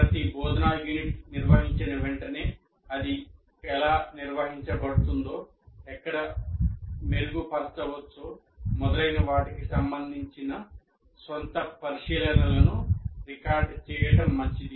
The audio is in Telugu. ప్రతి బోధనా యూనిట్ నిర్వహించిన వెంటనే అది ఎలా నిర్వహించబడుతుందో ఎక్కడ మెరుగుపరచవచ్చో మొదలైన వాటికి సంబంధించిన స్వంత పరిశీలనలను రికార్డ్ చేయడం మంచిది